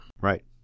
Right